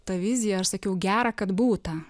ta vizija aš sakiau gera kad būta